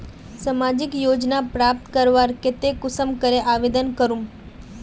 सामाजिक योजना प्राप्त करवार केते कुंसम करे आवेदन करूम?